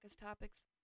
Topics